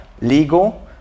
legal